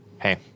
Hey